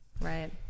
Right